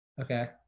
Okay